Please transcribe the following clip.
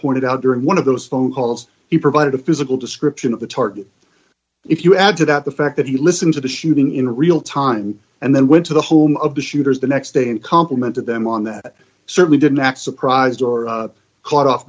pointed out during one of those phone calls he provided a physical description of the target if you add to that the fact that he listened to the shooting in real time and then went to the home of the shooters the next day and complimented them on that certainly didn't act surprised or caught off